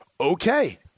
okay